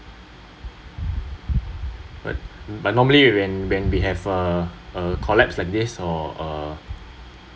but but normally when when we have a a collapse like this or a